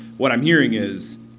what i'm hearing is